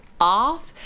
off